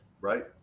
right